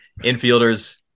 infielders